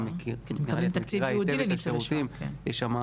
יש המון,